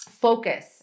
focus